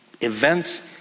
events